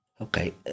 okay